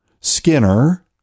Skinner